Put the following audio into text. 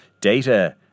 data